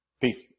Peace